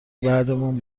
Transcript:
بعدمون